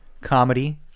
comedy